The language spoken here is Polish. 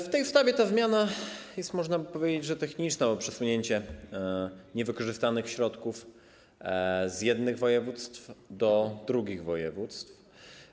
W tej ustawie ta zmiana jest, można by powiedzieć, techniczna, bo chodzi o przesunięcie niewykorzystanych środków z jednych województw do drugich województw.